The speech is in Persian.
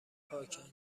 پاکن